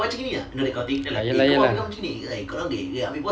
ah ya lah ya lah